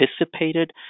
anticipated